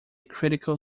critical